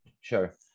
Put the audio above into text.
Sure